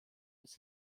des